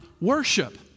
worship